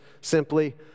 simply